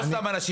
לא סתם אנשים.